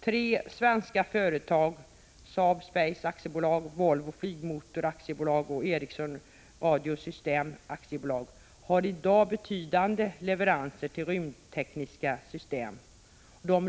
Tre svenska företag — Saab Space AB, Volvo Flygmotor AB och Ericsson Radio Systems AB -— har i dag betydande leveranser till rymdtekniska system.